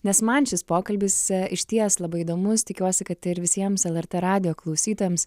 nes man šis pokalbis išties labai įdomus tikiuosi kad ir visiems lrt radijo klausytojams